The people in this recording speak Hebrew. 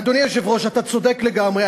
אדוני היושב-ראש, אתה צודק לגמרי.